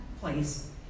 place